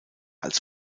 als